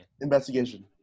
Investigation